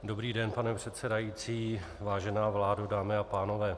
Dobrý den, pane předsedající, vážená vládo, dámy a pánové.